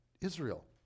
Israel